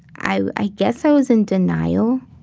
i i guess i was in denial